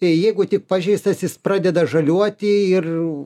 jeigu tik pažeistas jis pradeda žaliuoti ir